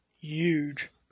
huge